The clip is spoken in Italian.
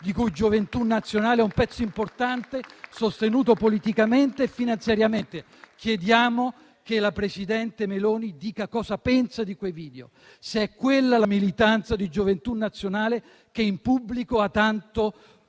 di cui Gioventù Nazionale è un pezzo importante, sostenuto politicamente e finanziariamente. Chiediamo che la presidente Meloni dica cosa pensa di quei video: se è quella la militanza di Gioventù Nazionale che in pubblico ha tanto